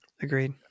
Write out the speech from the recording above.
Agreed